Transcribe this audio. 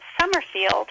summerfield